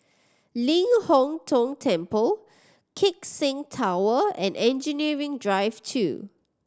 Ling Hong Tong Temple Keck Seng Tower and Engineering Drive Two